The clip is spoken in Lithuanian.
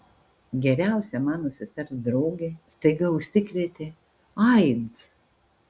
geriausia mano sesers draugė staiga užsikrėtė aids